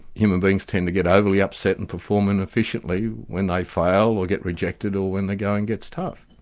human beings tend to get overly upset and perform inefficiently when they fail or get rejected or when the going gets tough.